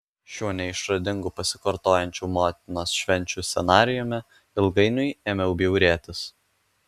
šiuo neišradingu pasikartojančių motinos švenčių scenarijumi ilgainiui ėmiau bjaurėtis